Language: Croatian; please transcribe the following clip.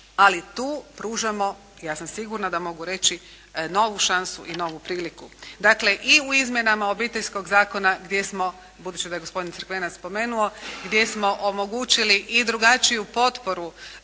Ali tu pružamo, ja sam sigurna da mogu reći novu šansu i novu priliku. Dakle, i u izmjenama Obiteljskog zakona gdje smo, budući da je gospodin Crkvenac spomenuo, gdje smo omogućili i drugačiju potporu